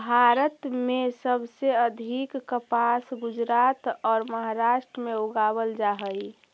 भारत में सबसे अधिक कपास गुजरात औउर महाराष्ट्र में उगावल जा हई